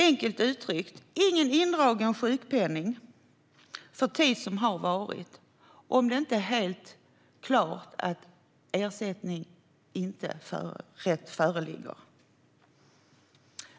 Enkelt uttryckt: Det blir ingen indragen sjukpenning för tid som har varit, om det inte är helt klart att ersättningsrätt inte föreligger.